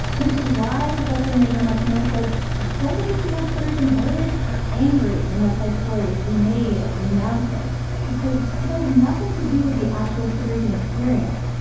which is why professor nagra martinez says so many people have puerto rican heritage, are angry when my side story is remade or remounted because it has nothing to do with the actual puerto rican experience.